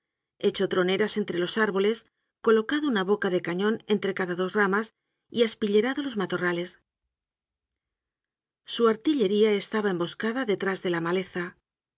hecho troneras entre los árboles colocado una boca de cañon entre cada dos ramas y aspillerado los matorrales su artillería estaba emboscada detrás de la maleza